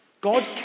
God